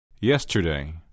Yesterday